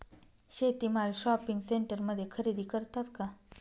शेती माल शॉपिंग सेंटरमध्ये खरेदी करतात का?